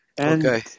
Okay